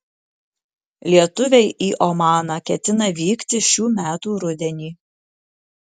lietuviai į omaną ketina vykti šių metų rudenį